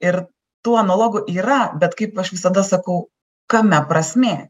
ir tų analogų yra bet kaip aš visada sakau kame prasmė